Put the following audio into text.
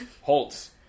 Holtz